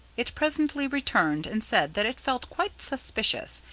it presently returned and said that it felt quite suspicious,